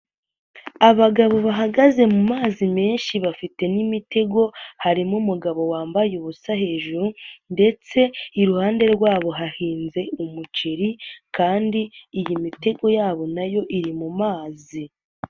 Abagabo bahagaze mumazi menshi bafite n'imitego, harimo umugabo wambaye ubusa hejuru, ndetse iruhande rwabo hahinze umuceri kandi iyi mitego yabo nayo iri mu mazi.